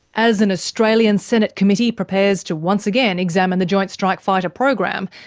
as an australian senate committee prepares to once again examine the joint strike fighter program,